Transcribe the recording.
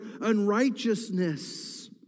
unrighteousness